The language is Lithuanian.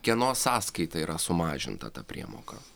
kieno sąskaita yra sumažinta ta priemoka